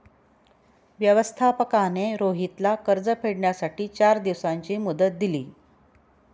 व्यवस्थापकाने रोहितला कर्ज फेडण्यासाठी चार दिवसांची मुदत दिली